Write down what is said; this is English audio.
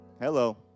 hello